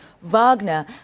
Wagner